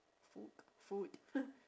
food food